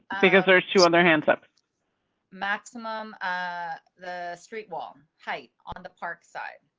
because there's two on their hands. but maximum ah the street one hate on the park side.